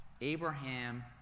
Abraham